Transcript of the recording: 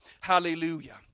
Hallelujah